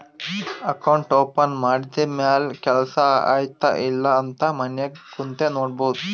account open ಮಾಡಿದ ಮ್ಯಾಲ ಕೆಲ್ಸಾ ಆಯ್ತ ಇಲ್ಲ ಅಂತ ಮನ್ಯಾಗ್ ಕುಂತೆ ನೋಡ್ಬೋದ್